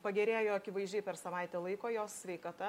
pagerėjo akivaizdžiai per savaitę laiko jos sveikata